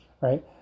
right